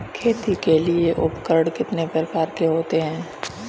खेती के लिए उपकरण कितने प्रकार के होते हैं?